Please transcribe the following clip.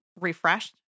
refreshed